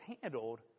handled